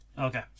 Okay